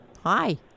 hi